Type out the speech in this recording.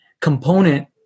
component